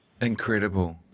Incredible